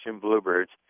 bluebirds